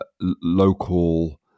local